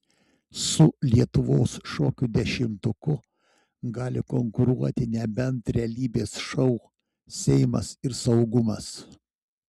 su lietuvos šokių dešimtuku gali konkuruoti nebent realybės šou seimas ir saugumas